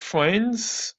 friends